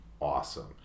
awesome